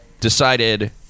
decided